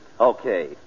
Okay